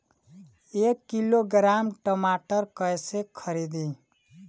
एक किलोग्राम टमाटर कैसे खरदी?